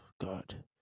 god